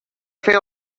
fer